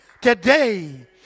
today